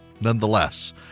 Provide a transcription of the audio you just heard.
nonetheless